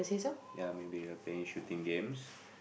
ya maybe we're playing shooting games